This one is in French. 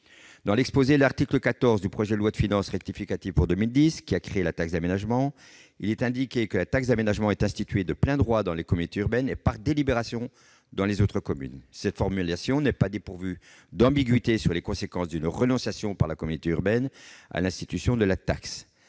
Dans l'exposé de l'article 14 du projet de loi de finances rectificative pour 2010, qui a créé la taxe d'aménagement, il est indiqué que la taxe d'aménagement est instituée de plein droit dans les communes urbaines et par délibération dans les autres communes. Cette formulation n'est pas dépourvue d'ambiguïté quant aux conséquences d'une renonciation par la communauté urbaine à l'institution de la taxe.